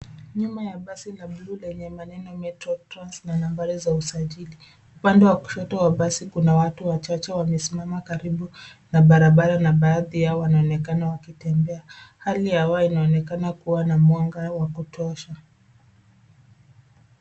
Nyuma ya basi la blue lenye maneno metro trans na nambari za usajili, upande wa kushoto kuna watu wachache, wamesimama karibu na barabara na baadhi yao wanaonekana wakitembea. Hali ya hewa inaonekana kuwa na mwanga wa kutosha.